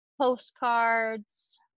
postcards